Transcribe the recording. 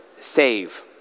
save